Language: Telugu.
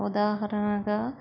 ఉదాహరణగా